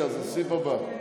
הסעיף הבא.